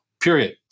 period